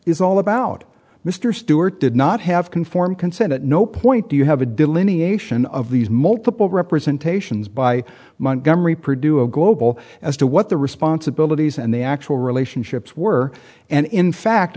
is all about mr stewart did not have conformed consent at no point do you have a delineation of these multiple representations by montgomery produced global as to what the responsibilities and the actual relationships were and in fact